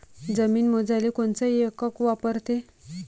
जमीन मोजाले कोनचं एकक वापरते?